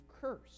curse